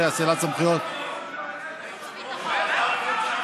5) (סמכויות לעניין פתיחה במלחמה או נקיטת פעולה